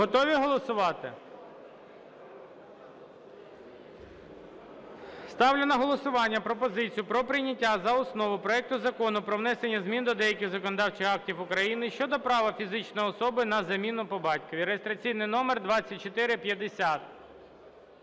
Готові голосувати? Ставлю на голосування пропозицію про прийняття за основу проекту Закону про внесення змін до деяких законодавчих актів України щодо права фізичної особи на заміну по батькові (реєстраційний номер 2450)